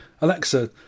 Alexa